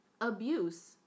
abuse